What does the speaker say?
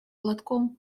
платком